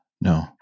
No